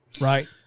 Right